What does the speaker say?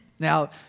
Now